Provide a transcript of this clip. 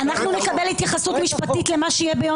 אנחנו נקבל התייחסות משפטית למה שיהיה ביום